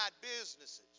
businesses